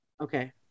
Okay